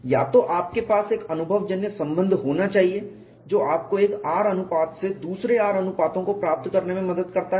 या तो आपके पास एक अनुभवजन्य संबंध होना चाहिए जो आपको एक R अनुपात से दूसरे R अनुपातों को प्राप्त करने में मदद करता है